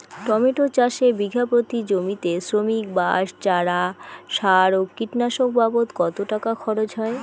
Tomato চাষে বিঘা প্রতি জমিতে শ্রমিক, বাঁশ, চারা, সার ও কীটনাশক বাবদ কত টাকা খরচ হয়?